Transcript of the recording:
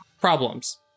problems